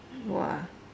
!wah!